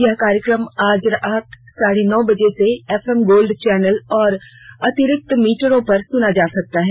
यह कार्यक्रम आज रात साढ़े नौ बजे से एफएम गोल्ड चौनल और अतिरिक्त मीटरों पर सुना जा सकता है